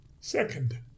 Second